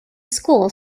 school